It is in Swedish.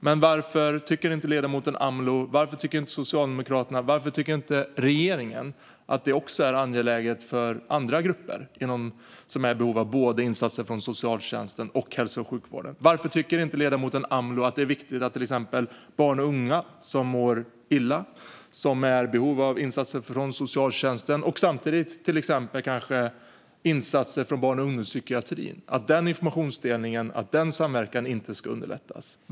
Men jag ställer mig lite fundersam till varför inte ledamoten Amloh, Socialdemokraterna och regeringen tycker att detta är angeläget också för andra grupper som är i behov av både insatser från socialtjänsten och hälso och sjukvården. Varför tycker inte ledamoten Amloh att det är viktigt att underlätta informationsdelning och samverkan även kring andra grupper? Det gäller till exempel barn och unga som mår dåligt och är i behov av insatser från socialtjänsten och samtidigt till exempel insatser från barn och ungdomspsykiatrin.